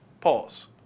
Pause